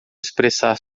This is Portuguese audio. expressar